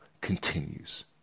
continues